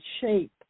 shape